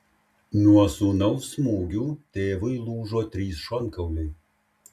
nuo sūnaus smūgių tėvui lūžo trys šonkauliai